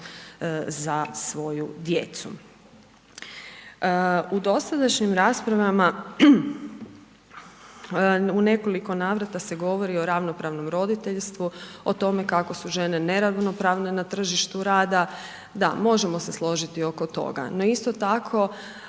za svoju djecu. U dosadašnjim raspravama u nekoliko navrata se govori o ravnopravnom roditeljstvu, o tome kako su žene neravnopravne na tržištu rada, da, možemo se složiti oko toga, no isto tako